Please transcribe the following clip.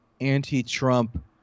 anti-Trump